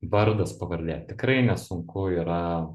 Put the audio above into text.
vardas pavardė tikrai nesunku yra